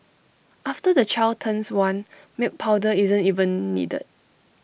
after the child turns one milk powder isn't even needed